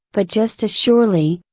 but just as surely,